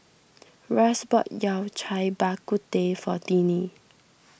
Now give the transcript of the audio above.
Russ bought Yao Cai Bak Kut Teh for Tiney